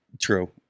True